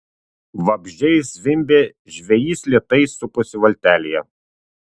vabzdžiai zvimbė žvejys lėtai suposi valtelėje